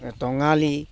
টঙালী